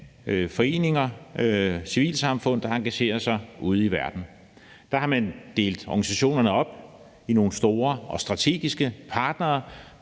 foreninger, civilsamfund, der engagerer sig ude i verden. Der har man delt organisationerne op i nogle store og strategiske partnere,